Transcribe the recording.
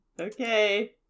Okay